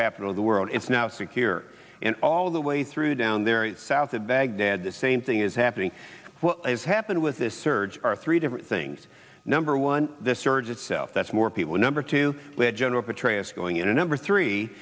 capital of the world it's now secure and all the way through down there east south of baghdad the same thing is happening as happened with this surge are three different things number one the surge itself that's more people number two general petraeus going in a number three